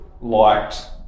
liked